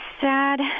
sad